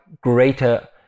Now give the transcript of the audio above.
greater